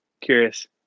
curious